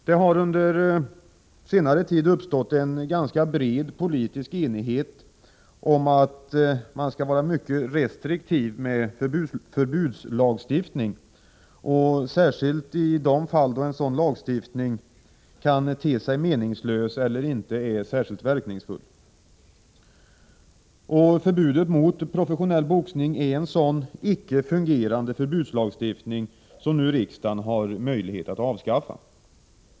Det har under senare tid uppstått en ganska bred politisk enighet om att man skall vara mycket restriktiv med förbudslagstiftning, särskilt i de fall där en sådan lagstiftning kan te sig meningslös eller inte är särskilt verkningsfull. Förbudet mot professionell boxning är en sådan icke fungerande förbudslagstiftning som riksdagen nu har möjlighet att avskaffa.